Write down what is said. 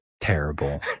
terrible